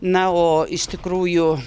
na o iš tikrųjų